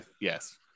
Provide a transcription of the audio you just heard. Yes